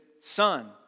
Son